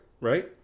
right